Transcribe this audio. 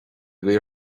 agaibh